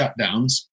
shutdowns